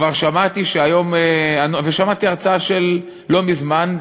שמעתי הרצאה לא מזמן,